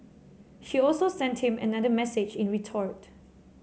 she also sent him another message in retort